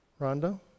Rhonda